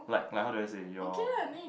like like how do I say your